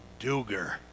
Duger